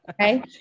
okay